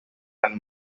and